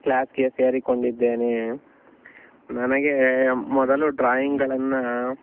ಕ್ಲಾಸ್ಗೆ ಸೇರಿಕೊಂಡಿದ್ದೇನೆ ನನಗೆ ಮೊದಲು ಡ್ರಾಯಿಂಗ್ಗಳನ್ನು